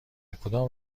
کدام